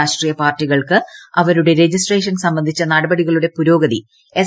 രാഷ്ട്രീയ പാർട്ടികൾക്ക് അവരുടെ രജിസ്ട്രേഷൻ സംബന്ധിച്ച നട്ടപ്പട്ടീക്ളുടെ പുരോഗതി എസ്